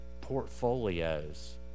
portfolios